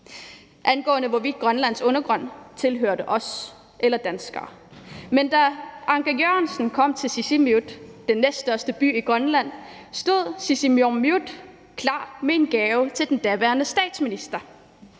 hvorvidt Grønlands undergrund tilhørte os grønlændere eller danskerne. Men da Anker Jørgensen kom til Sisimiut, den næststørste by i Grønland, stod sisimiormiut klar med en gave til den daværende statsminister.